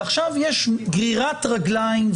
ועכשיו יש גרירת רגליים,